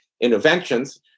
interventions